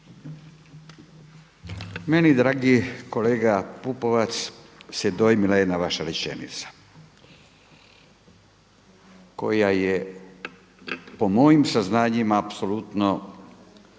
Mene dragi kolega Pupovac se dojmila jedna vaša rečenica koja je po mojim saznanjima apsolutno